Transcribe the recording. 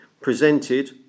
presented